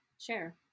share